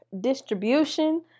distribution